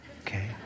okay